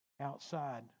outside